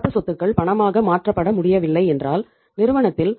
நடப்பு சொத்துக்கள் பணமாக மாற்றப்பட முடியவில்லை என்றால் நிறுவனத்தில்